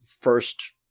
first